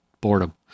boredom